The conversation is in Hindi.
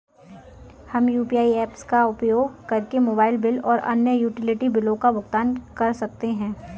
हम यू.पी.आई ऐप्स का उपयोग करके मोबाइल बिल और अन्य यूटिलिटी बिलों का भुगतान कर सकते हैं